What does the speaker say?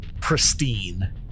pristine